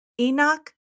Enoch